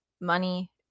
money